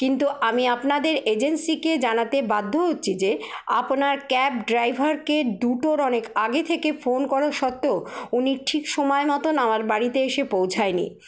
কিন্তু আমি আপনাদের এজেন্সিকে জানাতে বাধ্য হচ্ছি যে আপনার ক্যাব ড্রাইভারকে দুটোর অনেক আগে থেকে ফোন করা সত্ত্বেও উনি ঠিক সময় মতন আমার বাড়িতে এসে পৌঁছায়নি